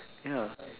ya